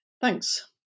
Thanks